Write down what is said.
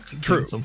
True